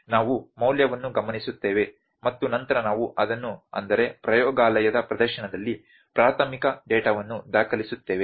ನಾವು ಮೌಲ್ಯವನ್ನು ಗಮನಿಸುತ್ತೇವೆ ಮತ್ತು ನಂತರ ನಾವು ಅದನ್ನು ಅಂದರೆ ಪ್ರಯೋಗಾಲಯದ ಪ್ರದರ್ಶನದಲ್ಲಿ ಪ್ರಾಥಮಿಕ ಡೇಟಾವನ್ನು ದಾಖಲಿಸುತ್ತೇವೆ